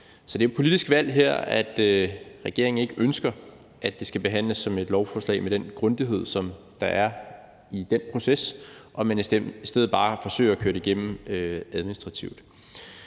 Så det er et politisk valg her, at regeringen ikke ønsker, at det skal behandles som et lovforslag med den grundighed, som der er i den proces, og at man i stedet bare forsøger at køre det igennem administrativt.